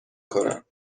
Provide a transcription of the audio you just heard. کنم